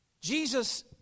Jesus